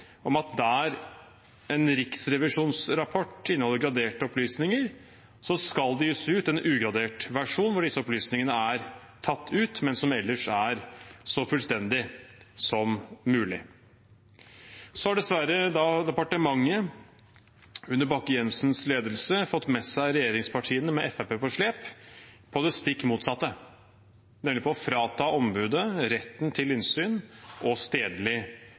om at der en riksrevisjonsrapport inneholder graderte opplysninger, skal det gis ut en ugradert versjon, hvor disse opplysningene er tatt ut, men som ellers er så fullstendig som mulig. Så har dessverre departementet, under Bakke-Jensens ledelse, fått med seg regjeringspartiene, med Fremskrittspartiet på slep, på det stikk motsatte. Man vil nemlig frata ombudet retten til innsyn og stedlig